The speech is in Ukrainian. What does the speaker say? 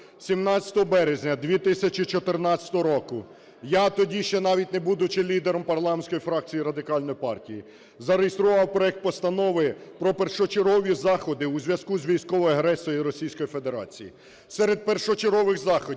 17 березня 2014 року, я тоді, ще навіть не будучи лідером парламентської фракції Радикальної партії, зареєстрував проект Постанови про першочергові заходи у зв'язку з військовою агресією Російської Федерації. Серед першочергових заходів,